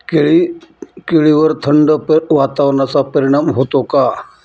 केळीवर थंड वातावरणाचा परिणाम होतो का?